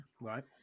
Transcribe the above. Right